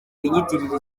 winyitirira